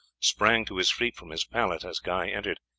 sprang to his feet from his pallet as guy entered.